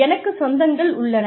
எனக்கு சொந்தங்கள் உள்ளன